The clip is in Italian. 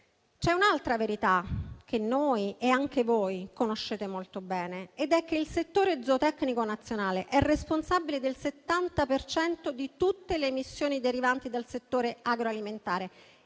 C'è un'altra verità che noi e anche voi conosciamo molto bene ed è che il settore zootecnico nazionale è responsabile del 70 per cento di tutte le emissioni derivanti dal settore agroalimentare